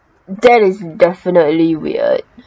that is definitely weird